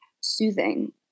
soothing